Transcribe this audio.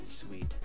sweet